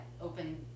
open